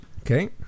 Okay